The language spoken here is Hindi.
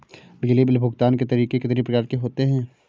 बिजली बिल भुगतान के तरीके कितनी प्रकार के होते हैं?